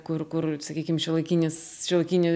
kur kur sakykim šiuolaikinis šiuolaikinio